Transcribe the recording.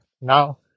Now